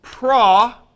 Pra